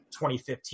2015